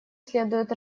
следует